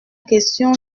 question